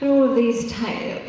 all these take,